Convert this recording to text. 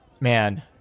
Man